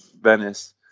Venice